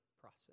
process